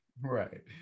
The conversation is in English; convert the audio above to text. Right